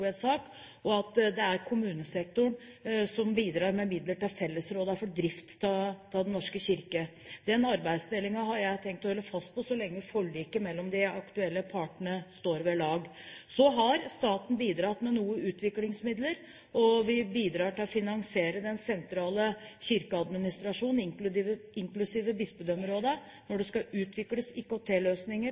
og at det er kommunesektoren som bidrar med midler til fellesrådene for drift av Den norske kirke. Den arbeidsdelingen har jeg tenkt å holde fast på så lenge forliket mellom de aktuelle partene står ved lag. Så har staten bidratt med noen utviklingsmidler, og vi bidrar til å finansiere den sentrale kirkeadministrasjon, inklusiv bispedømmerådene. Når det skal utvikles